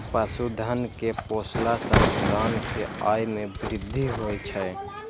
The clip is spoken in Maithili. पशुधन कें पोसला सं किसान के आय मे वृद्धि होइ छै